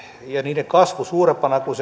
ja niiden kasvu suurempina kuin